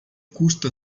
custa